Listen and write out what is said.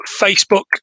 Facebook